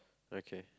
okay